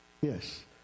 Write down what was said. Yes